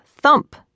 thump